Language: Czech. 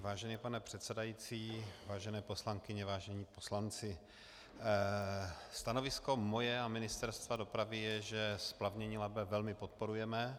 Vážený pane předsedající, vážené paní poslankyně, vážení poslanci, stanovisko moje a Ministerstva dopravy je, že splavnění Labe velmi podporujeme.